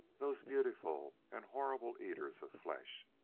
those beautiful and horrible eaters of flesh!